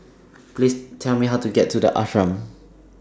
Please Tell Me How to get to The Ashram